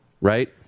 right